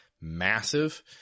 massive